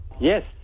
Yes